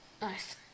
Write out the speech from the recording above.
Nice